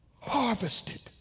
harvested